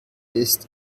ist